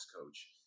Coach